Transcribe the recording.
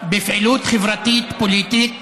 בפעילות חברתית ופוליטית